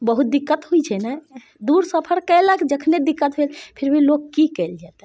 बहुत दिक्कत होइ छै ने दूर सफर कयलक जखने दिक्कत होइ छै फिर भी लोक की कयल जेतै